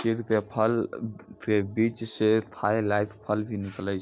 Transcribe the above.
कुछ चीड़ के फल के बीच स खाय लायक फल भी निकलै छै